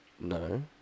No